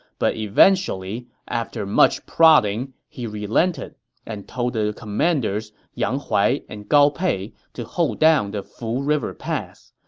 but eventually, after much prodding, he relented and told the commanders yang huai and gao pei to hold down the fu river pass.